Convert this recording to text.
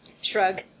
Shrug